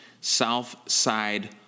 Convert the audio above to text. Southside